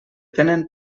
tenen